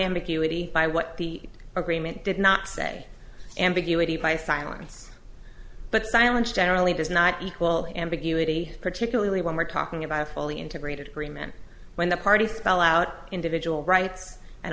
ambiguity by what the agreement did not say ambiguity by silence but silence generally does not equal ambiguity particularly when we're talking about a fully integrated agreement when the parties spell out individual rights and